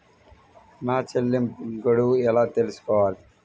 నా చెల్లింపు గడువు ఎలా తెలుసుకోవాలి?